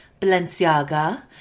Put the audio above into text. Balenciaga